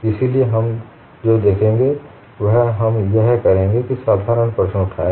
इसलिए हम जो देखेंगे वह हम यह करेंगे कि एक साधारण प्रश्न उठाएं